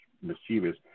mischievous